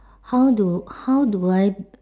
how do how do I